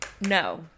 No